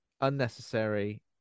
unnecessary